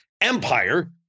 Empire